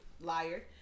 liar